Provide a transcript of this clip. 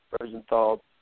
rosenthal